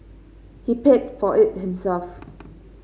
he paid for it himself